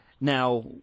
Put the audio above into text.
Now